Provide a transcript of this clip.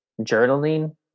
Journaling